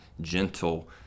gentle